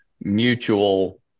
mutual